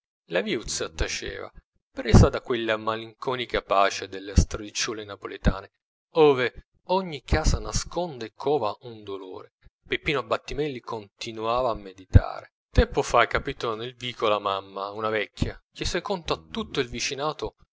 la viuzza taceva presa da quella malinconica pace delle stradicciuole napoletane ove ogni casa nasconde e cova un dolore peppino battimelli continuava a meditare tempo fa capitò nel vico la mamma una vecchia chiese conto a tutto il vicinato